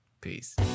Peace